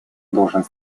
должен